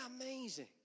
amazing